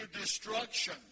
destruction